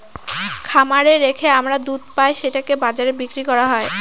খামারে রেখে আমরা দুধ পাই সেটাকে বাজারে বিক্রি করা হয়